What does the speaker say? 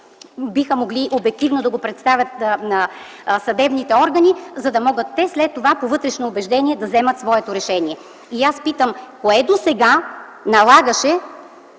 биха могли обективно да го представят на съдебните органи, за да могат те след това, по вътрешно убеждение, да вземат своето решение. И аз питам: кое досега налагаше